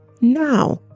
Now